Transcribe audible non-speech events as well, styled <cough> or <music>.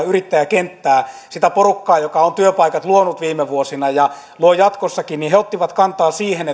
<unintelligible> yrittäjäkenttää sitä porukkaa joka on työpaikat luonut viime vuosina ja luo jatkossakin otti kantaa siihen <unintelligible>